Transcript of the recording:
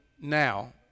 now